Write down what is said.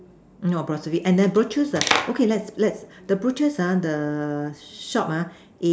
no apostrophe and the butchers ah okay let's let's the butchers ah the shop ah is